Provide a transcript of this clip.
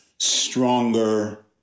stronger